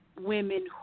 women